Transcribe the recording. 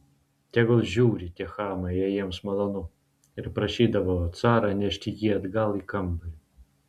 tegul žiūri tie chamai jei jiems malonu ir prašydavo carą nešti jį atgal į kambarį